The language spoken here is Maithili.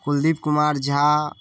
कुलदीप कुमार झा